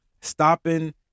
stopping